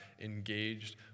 engaged